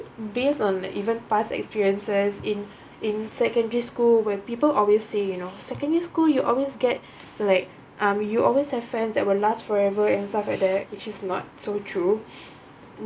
based on the even past experiences in in secondary school where people always say you know secondary school you always get like um you always have friends that will last forever and stuff like that which is not so true